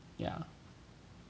yeah